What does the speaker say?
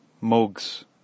mugs